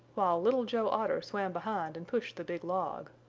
little joe otter swam behind and pushed the big log.